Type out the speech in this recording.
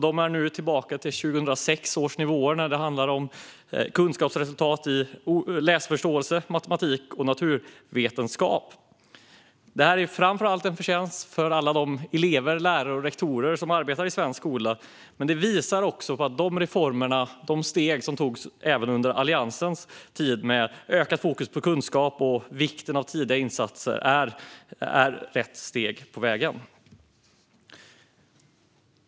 Vi är nu tillbaka på 2006 års nivåer när det handlar om kunskapsresultat i läsförståelse, matematik och naturvetenskap. Det är framför allt en förtjänst för alla elever, lärare och rektorer som arbetar i svensk skola. Men det visar också att de reformer och steg som togs även under Alliansens tid med ökat fokus på kunskap och på vikten av tidiga insatser är rätt steg på vägen.